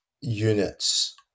units